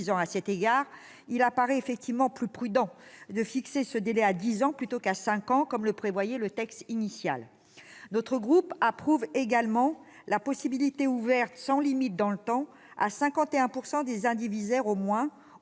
ans. À cet égard, il apparaît effectivement plus prudent de fixer ce délai à dix ans, plutôt qu'à cinq ans, comme le prévoyait le texte initial. Notre groupe approuve également la possibilité ouverte, sans limites dans le temps, à 51 % des indivisaires au moins, au